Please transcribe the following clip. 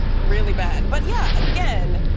really bad, but yeah again,